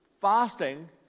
Fasting